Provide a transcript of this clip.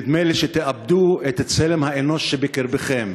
נדמה לי שתאבדו את צלם האנוש שבקרבכם.